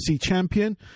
champion